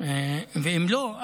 ואם לא,